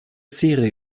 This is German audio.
serie